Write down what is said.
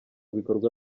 bikorwa